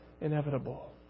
inevitable